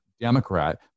Democrat